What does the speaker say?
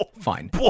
Fine